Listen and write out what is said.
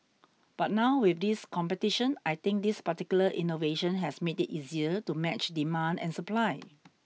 but now with this competition I think this particular innovation has made it easier to match demand and supply